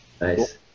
Nice